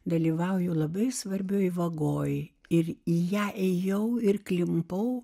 dalyvauju labai svarbioje vagoje ir į ją ėjau ir klimpau